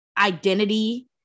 identity